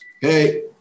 Hey